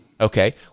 Okay